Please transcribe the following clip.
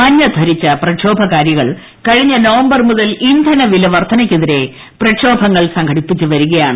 മഞ്ഞ ധരിച്ച പ്രക്ഷോഭകാരികൾ കഴിഞ്ഞ നവംബർ മുതൽ ഇന്ധനവില വർദ്ധനയ്ക്കെതിരെ പ്രക്ഷോഭങ്ങൾ സംഘടിപ്പിച്ചുവരികയാണ്